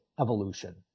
evolution